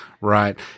Right